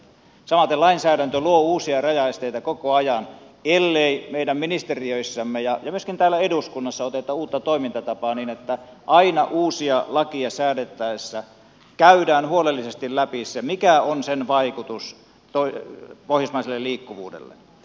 samaten lainsäädäntö luo uusia rajaesteitä koko ajan ellei meidän ministeriöissämme ja myöskin täällä eduskunnassa oteta uutta toimintatapaa niin että aina uusia lakeja säädettäessä käydään huolellisesti läpi se mikä on sen vaikutus pohjoismaiselle liikkuvuudelle